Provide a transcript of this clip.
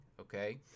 okay